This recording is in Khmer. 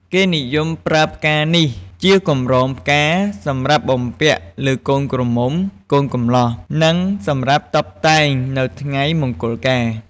គេនិយមប្រើផ្កានេះ ធ្វើកម្រងផ្កាសម្រាប់បំពាក់លើកូនក្រមុំ កូនកំលោះ និងសម្រាប់តុបតែង នៅថ្ងៃមង្គលការ។